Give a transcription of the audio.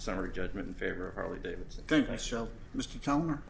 summary judgment in favor of harley davidson myself mr chalmer